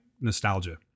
nostalgia